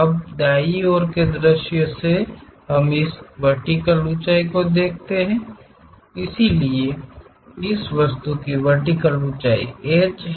अब दाईं ओर के दृश्य से हम उस की वेर्टिकेल ऊँचाई देख सकते हैं इसलिए इस वस्तु की वेर्टिकेल ऊँचाई H है